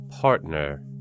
partner